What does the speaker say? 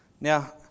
Now